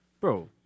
Bro